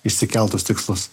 išsikeltus tikslus